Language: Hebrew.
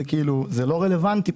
זה פשוט לא רלוונטי.